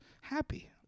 happy